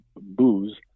booze